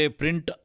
print